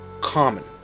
common